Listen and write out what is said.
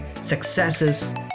successes